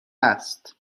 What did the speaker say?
است